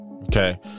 Okay